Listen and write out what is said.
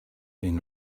been